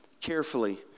carefully